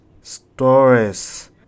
Stories